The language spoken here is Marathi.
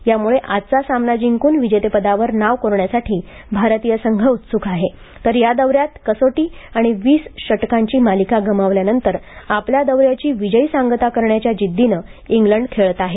त्यामुळे आजचा सामना जिंकून विजेतेपदावर नाव कोरण्यासाठी भारतीय संघ उत्सुक आहे तर या दौऱ्यात कसोटी आणि वीस षटकांची मालिका गमावल्यानंतर आपल्या दौऱ्याची विजयी सांगता करण्याच्या जिद्दीनं इंग्लंड खेळत आहे